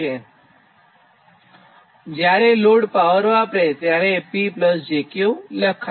તો જ્યારે load power વાપરે ત્યારે PjQ લખાય